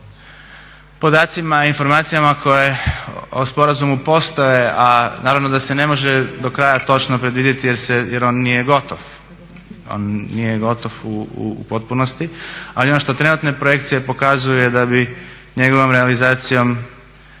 podacima, informacijama koje o sporazumu postoje a naravno da se ne može do kraja točno predvidjeti jer on nije gotov, on nije gotov u potpunosti ali ono što trenutne projekcije pokazuju da bi njegovom realizacijom